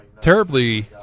terribly